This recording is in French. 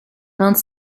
vingt